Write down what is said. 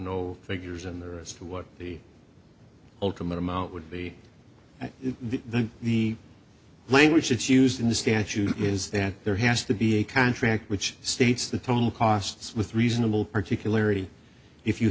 no figures in there as to what the ultimate amount would be if the the language it's used in the statute is that there has to be a contract which states the total costs with reasonable